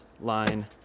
line